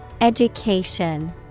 education